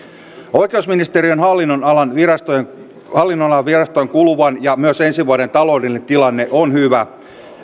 oikeusministeriön hallinnonalan virastojen hallinnonalan virastojen kuluvan ja myös ensi vuoden taloudellinen tilanne on hyvä